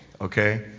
okay